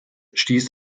stieß